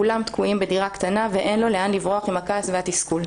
כולם תקועים בדירה קטנה ואין לו לאן לברוח עם הכעס והתסכול.